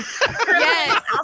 Yes